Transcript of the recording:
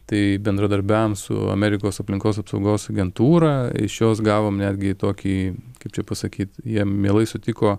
tai bendradarbiaujant su amerikos aplinkos apsaugos agentūra iš jos gavom netgi tokį kaip čia pasakyt jie mielai sutiko